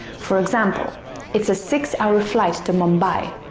for example it's a six-hour flight to mumbai